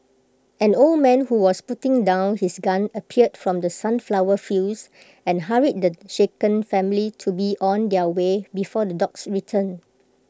an old man who was putting down his gun appeared from the sunflower fields and hurried the shaken family to be on their way before the dogs return